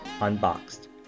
Unboxed